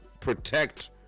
protect